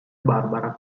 barbara